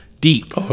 deep